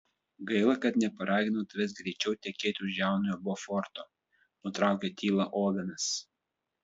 gaila kad neparaginau tavęs greičiau tekėti už jaunojo boforto nutraukė tylą ovenas